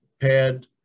pad